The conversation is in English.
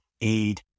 aid